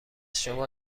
شما